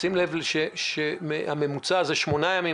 שים לב שהממוצע הוא 8 ימים,